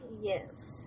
yes